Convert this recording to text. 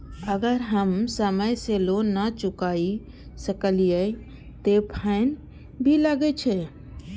अगर हम समय से लोन ना चुकाए सकलिए ते फैन भी लगे छै?